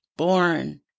born